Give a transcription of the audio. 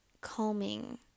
calming